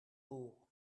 beau